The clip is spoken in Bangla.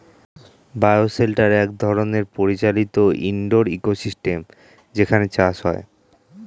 বায়ো শেল্টার এক ধরনের পরিচালিত ইন্ডোর ইকোসিস্টেম যেখানে চাষ হয়